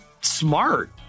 smart